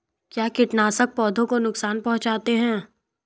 क्या कीटनाशक पौधों को नुकसान पहुँचाते हैं?